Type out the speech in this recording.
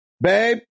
Babe